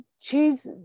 choose